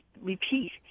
repeat